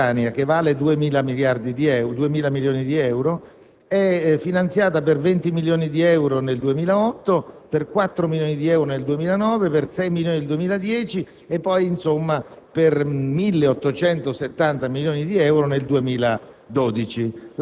la Messina-Catania, che vale 2.000 milioni di euro, è finanziata per 20 milioni di euro nel 2008, per 4 milioni di euro nel 2009, per 6 milioni nel 2010, per arrivare a 1.870 milioni di euro nel 2012;